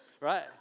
Right